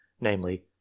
namely